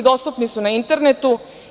Dostupni su na internetu.